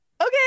okay